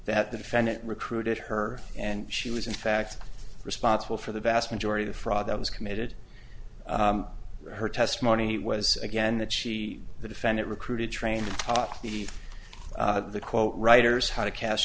that the defendant recruited her and she was in fact responsible for the vast majority of fraud that was committed her testimony was again that she the defendant recruited trained to talk to the quote writers how to cas